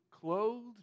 clothed